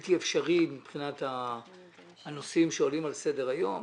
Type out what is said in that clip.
בלתי אפשרי מבחינת הנושאים שעולים על סדר-היום.